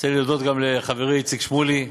אני רוצה להודות גם לחברי איציק שמולי,